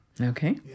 okay